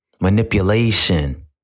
manipulation